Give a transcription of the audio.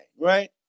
right